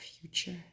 future